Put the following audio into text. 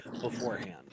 beforehand